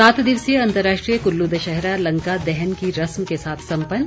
सात दिवसीय अंतर्राष्ट्रीय कुल्लू दशहरा लंका दहन की रस्म के साथ संपन्न